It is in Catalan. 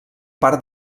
part